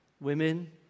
women